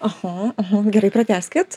aha aha gerai pratęskit